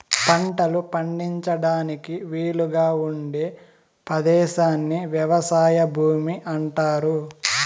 పంటలు పండించడానికి వీలుగా ఉండే పదేశాన్ని వ్యవసాయ భూమి అంటారు